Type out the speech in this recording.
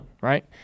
right